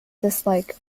dislike